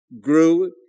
grew